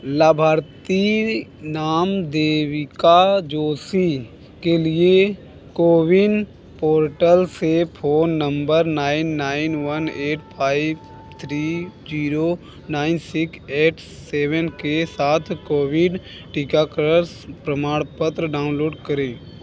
लाभार्थी नाम देविका जोशी के लिए कोविन पोर्टल से phone number nine nine one eight five three zero nine six eight seven के साथ कोविड टीकाकरण प्रमाणपत्र डाउनलोड करें